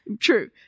true